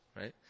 right